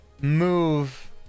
move